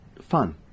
fun